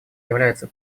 является